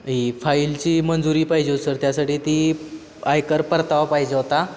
ही फाईलची मंजुरी पाहिजे अहो सर त्यासाठी ती आयकर परतावा पाहिजे होता